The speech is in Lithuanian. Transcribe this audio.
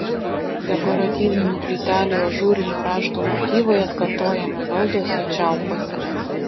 dekoratyvinių plytelių ažūrinių raštų motyvai atkartojami balduose čiaupuose